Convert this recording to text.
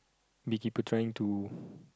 bee keeper trying to